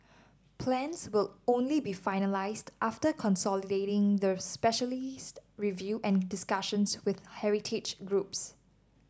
plans will only be finalised after consolidating the specialist review and discussions with heritage groups